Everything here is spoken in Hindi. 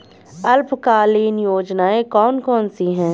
अल्पकालीन योजनाएं कौन कौन सी हैं?